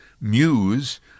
muse